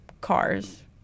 cars